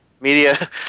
media